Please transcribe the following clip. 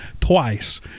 twice